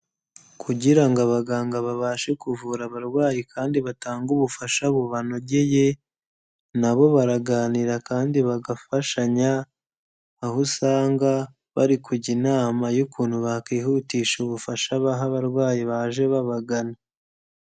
Kugira ngo abaganga babashe kuvura abarwayi kandi batange ubufasha bubanogeye, nabo baraganira kandi bagafashanya, aho usanga bari kujya inama y'ukuntu bakwihutisha ubufasha baha abarwayi baje babagana.